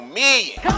million